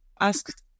asked